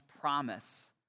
promise